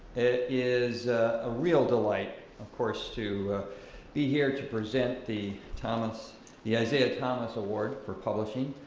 it is a real delight of course to be here to present the thomas the isaiah thomas award for publishing,